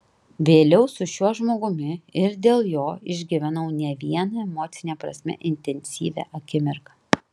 vėliau su šiuo žmogumi ir dėl jo išgyvenau ne vieną emocine prasme intensyvią akimirką